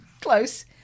Close